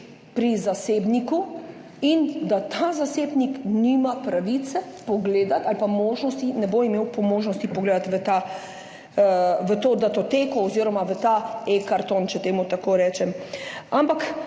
pri zasebniku. In da ta zasebnik nima pravice pogledati ali pa možnosti, ne bo imel po možnosti pogledati v ta, v to datoteko oziroma v ta eKarton, če temu tako rečem. 34.